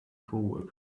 coworkers